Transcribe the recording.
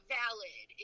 valid